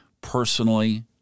personally